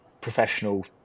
professional